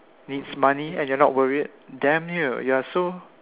needs money and you are not worried damn you you are so